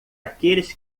aqueles